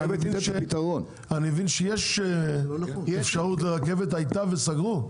אני מבין שהייתה אפשרות לרכבת וסגרו.